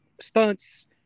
stunts